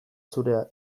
zurea